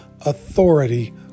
authority